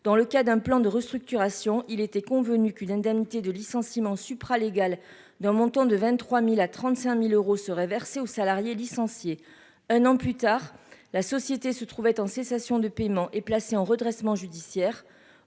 dans le cadre d'un plan de restructuration, il était convenu qu'une indemnité de licenciement supralégale d'un montant de 23 000 à 35 000 euros serait versée aux salariés licenciés. Un an plus tard, la société se trouvait en cessation de paiements et placée en redressement judiciaire.